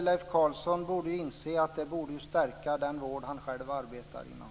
Leif Carlson borde inse att det stärker den vård han själv arbetar inom.